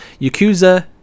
Yakuza